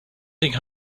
think